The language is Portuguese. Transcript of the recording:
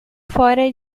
fora